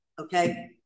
okay